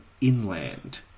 inland